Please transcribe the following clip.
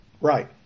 Right